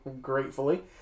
gratefully